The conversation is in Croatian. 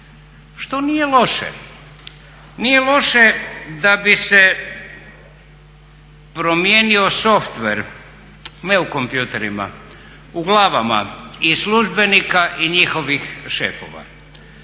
što nije loše. Nije loše da bi se promijenio softver ne u kompjuterima, u glavama i službenika i njihovih šefova.